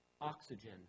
oxygen